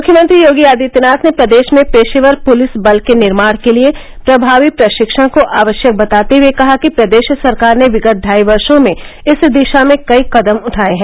मुख्यमंत्री योगी आदित्यनाथ ने प्रदेश में पेशेवर पुलिस बल के निर्माण के लिए प्रभावी प्रशिक्षण को आवश्यक बताते हुए कहा कि प्रदेश सरकार ने विगत ढाई वैरों में इस दिशा में कई कदम उठाए हैं